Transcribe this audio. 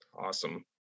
Awesome